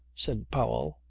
said powell,